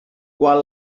quan